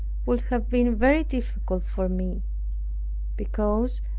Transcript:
would have been very difficult for me because,